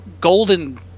golden